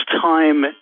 time